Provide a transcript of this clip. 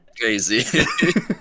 Crazy